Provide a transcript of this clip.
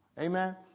Amen